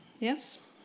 Yes